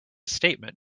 statement